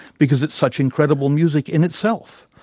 because it's such incredible music in itself.